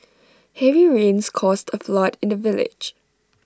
heavy rains caused A flood in the village